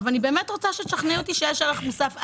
אני באמת רוצה שתשכנעי אותי שיש ערך מוסף.